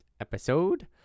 episode